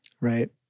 Right